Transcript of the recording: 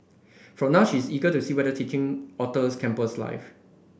for now she is eager to see whether teaching alter campus life